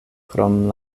krom